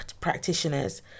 practitioners